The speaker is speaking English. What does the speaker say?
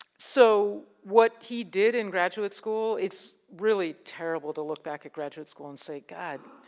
so, what he did in graduate school, it's really terrible to look back at graduate school and say, god,